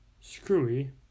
Screwy